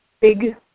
big